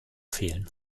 fehlen